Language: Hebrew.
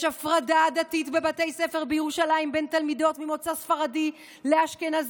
יש הפרדה עדתית בבתי ספר בירושלים בין תלמידות ממוצא ספרדי לאשכנזי,